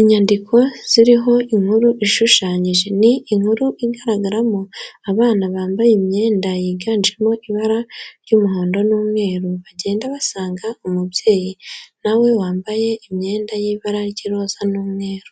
Inyandiko ziriho inkuru ishushanyije, ni inkuru igaragaramo abana bambaye imyenda yiganjemo ibara ry'umuhondo n'umweru bagenda bagasanga umubyeyi nawe wambaye imyenda y'ibara ry'iroza n'umweru.